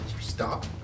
stop